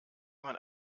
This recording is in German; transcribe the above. man